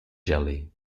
jelly